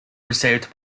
received